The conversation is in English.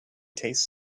taste